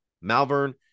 Malvern